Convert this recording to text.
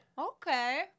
Okay